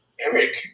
eric